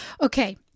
okay